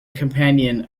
companion